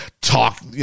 talk